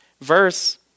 verse